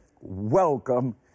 Welcome